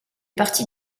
partie